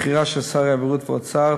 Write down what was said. בחירה של שר הבריאות ושר האוצר,